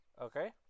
Okay